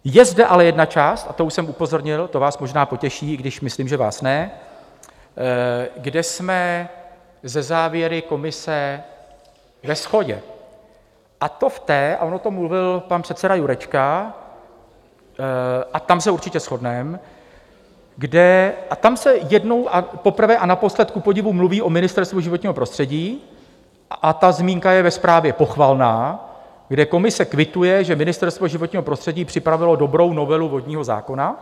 Je zde ale jedna část, a to už jsem upozornil, to vás možná potěším i když myslím, že vás ne kde jsme se závěry komise ve shodě, a to v té a on o tom mluvil pan předseda Jurečka, a tam se určitě shodneme a tam se jednou a poprvé a naposledy kupodivu mluví o Ministerstvu životního prostředí a ta zmínka je ve zprávě pochvalná, kde komise kvituje, že Ministerstvo životního prostředí připravilo dobrou novelu vodního zákona.